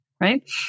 right